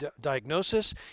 diagnosis